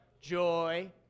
joy